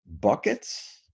buckets